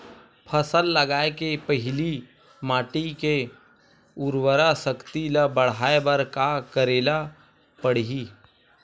फसल लगाय के पहिली माटी के उरवरा शक्ति ल बढ़ाय बर का करेला पढ़ही?